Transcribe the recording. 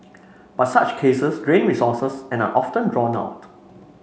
but such cases drain resources and are often drawn out